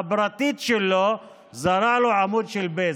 הפרטית שלו, שתל לו עמוד של בזק.